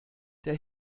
der